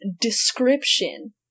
description